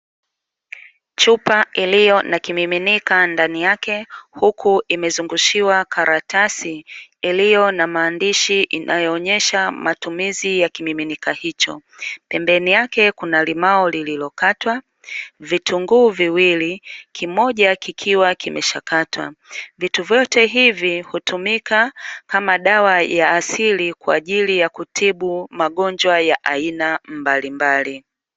Chupa iliyo na kimiminika ndani yake; huku imezunguushiwa karatasi, iliyo na maandishi inayoonyesha matumizi ya kimiminika hicho. Pembeni yake kuna limao lililokatwa, vitunguu viwili, kimoja kikiwa kimesha katwa. Vitu vyote hivi hutumika kama dawa ya asili, kwa ajili ya kutibu magonjwa ya aina mbalimbali.